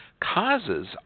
causes